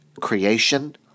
creation